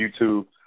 YouTube